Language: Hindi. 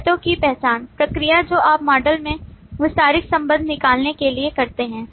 शर्तों की पहचान प्रक्रिया जो आप मॉडल में विस्तारित संबंध निकालने के लिए करते हैं